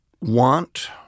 want